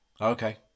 Okay